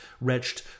wretched